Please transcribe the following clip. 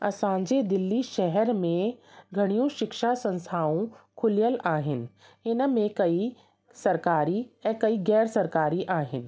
असांजे दिल्ली शहर में घणियूं शिक्षा संस्थाऊं खुलियल आहिनि इनमें कई सरकारी ऐं कई गैर सरकारी आहिनि